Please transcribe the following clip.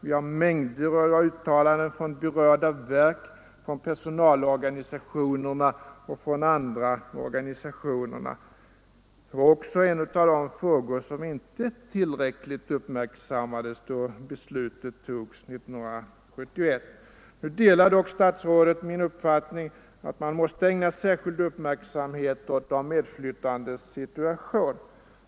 Vi har mängder av uttalanden från berörda verk, från personalorganisationerna och från andra organisationer. Det är också en av de frågor som inte tillräckligt uppmärksammades då belutet togs 1971. Nu delar dock statsrådet min uppfattning att man måste ägna särskild uppmärksamhet åt de medflyttandes situation.